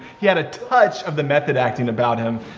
he had a touch of the method acting about him.